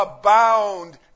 abound